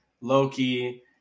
Loki